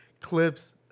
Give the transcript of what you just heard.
clips